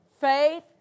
faith